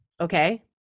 okay